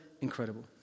incredible